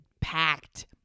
packed